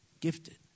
Gifted